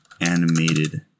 Animated